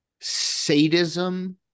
sadism